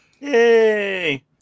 Yay